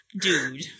Dude